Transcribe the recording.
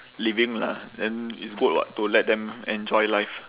living lah then it's good [what] to let them enjoy life